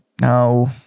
No